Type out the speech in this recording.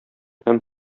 һәм